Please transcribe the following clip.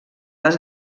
les